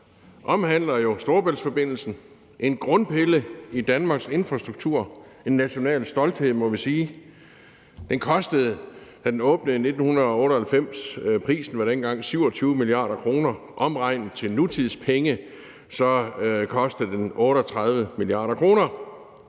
omhandler jo Storebæltsforbindelsen – en grundpille i Danmarks infrastruktur, en national stolthed, må vi sige. Den kostede, da den åbnede i 1998, 27 mia. kr. – omregnet til nutidspenge kostede den 38 mia. kr.